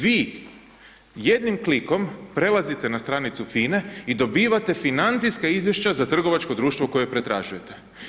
Vi, jednim klikom prelazite na stranicu FINA-e i dobivate financijska izvješća za trgovačko društvo koje pretražujete.